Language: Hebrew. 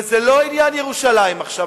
זה לא עניין ירושלים עכשיו.